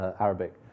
Arabic